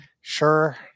sure